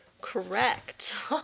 Correct